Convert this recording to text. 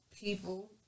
people